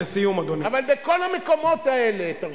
אבל בכל המקומות האלה, לסיום, אדוני.